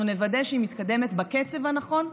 אנחנו נוודא שהיא מתקדמת בקצב הנכון,